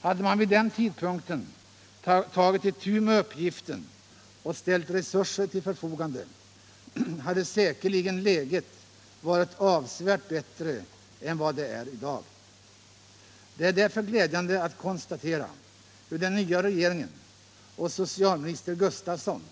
Hade man vid den tidpunkten tagit itu med uppgiften och ställt resurser till förfogande hade säkerligen läget varit avsevärt bättre än vad det är i dag. Det är därför glädjande att konstatera hur socialminister Gustavsson